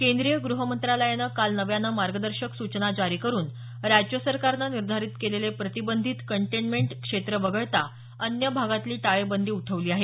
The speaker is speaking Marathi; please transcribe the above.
केंद्रीय गृह मंत्रालयानं काल नव्यानं मार्गदर्शक सूचना जारी करून राज्य सरकारनं निर्धारित केलेले प्रतिबंध कंटेनमेंट क्षेत्र वगळता अन्य भागातली टाळेबंदी उठवली आहे